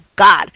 God